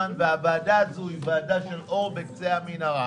יש ויכוח בין משרד התחבורה לבין ההסתדרות.